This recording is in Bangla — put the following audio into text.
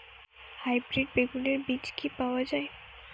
হাইব্রিড বেগুনের বীজ কি পাওয়া য়ায়?